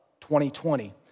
2020